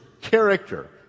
character